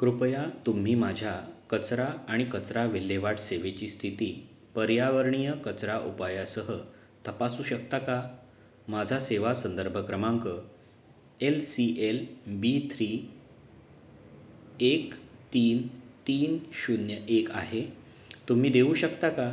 कृपया तुम्ही माझ्या कचरा आणि कचरा विल्हेवाट सेवेची स्थिती पर्यावरणीय कचरा उपायासह तपासू शकता का माझा सेवा संदर्भ क्रमांक L C L B three एक तीन तीन शून्य एक आहे तुम्ही देऊ शकता का